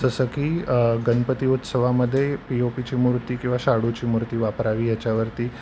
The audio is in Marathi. जसं की गणपती उत्सवामध्ये पि ओ पीची मूर्ती किंवा शाडूची मूर्ती वापरावी याच्यावरती